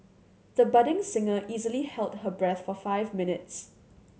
the budding singer easily held her breath for five minutes